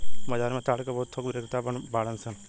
बाजार में ताड़ के बहुत थोक बिक्रेता बाड़न सन